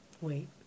Wait